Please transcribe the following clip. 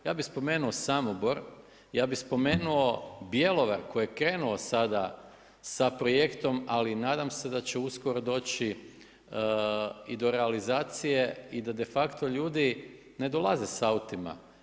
Ja bih spomenuo Samobor, ja bih spomenuo Bjelovar koji je krenuo sada sa projektom ali nadam se da će uskoro doći i do realizacije i da de facto ljudi ne dolaze sa autima.